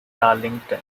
darlington